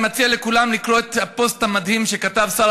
אני מציע לכולם לקרוא את הפוסט המדהים שכתב שר